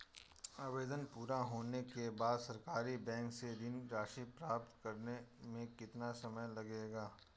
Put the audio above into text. आवेदन पूरा होने के बाद सरकारी बैंक से ऋण राशि प्राप्त करने में कितना समय लगेगा?